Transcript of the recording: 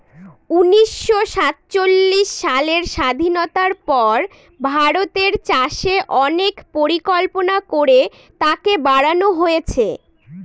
উনিশশো সাতচল্লিশ সালের স্বাধীনতার পর ভারতের চাষে অনেক পরিকল্পনা করে তাকে বাড়নো হয়েছে